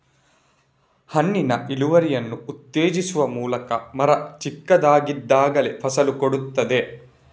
ಹಣ್ಣಿನ ಇಳುವರಿಯನ್ನು ಉತ್ತೇಜಿಸುವ ಮೂಲಕ ಮರ ಚಿಕ್ಕದಾಗಿದ್ದಾಗಲೇ ಫಸಲು ಕೊಡ್ತದೆ